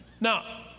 Now